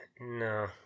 No